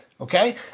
okay